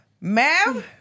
Ma'am